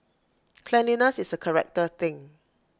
cleanliness is A character thing